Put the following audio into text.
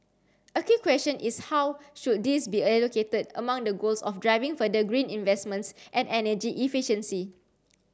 a key question is how should these be allocated among the goals of driving further green investments and energy efficiency